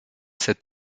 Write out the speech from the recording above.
cet